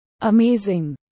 Amazing